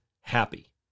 happy